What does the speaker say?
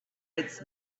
its